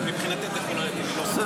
אבל מבחינתי זה יכול לרדת.